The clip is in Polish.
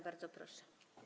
Bardzo proszę.